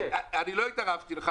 אני אתך,